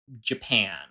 Japan